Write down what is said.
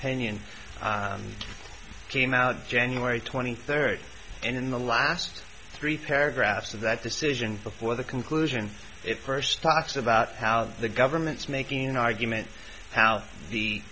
opinion came out january twenty third and in the last three thera graphs of that decision before the conclusion it first talks about how the government's making an argument how the